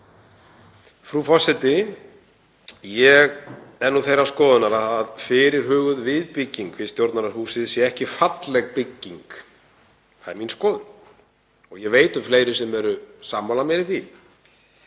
Frú forseti. Ég er þeirrar skoðunar að fyrirhuguð viðbygging við Stjórnarráðshúsið sé ekki falleg bygging. Það er mín skoðun. Ég veit um fleiri sem eru sammála mér í því.